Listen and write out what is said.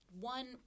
one